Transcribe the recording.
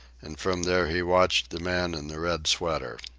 and from there he watched the man in the red sweater.